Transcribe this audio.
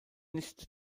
nicht